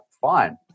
fine